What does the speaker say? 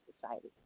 society